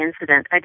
incident